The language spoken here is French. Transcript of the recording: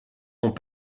ont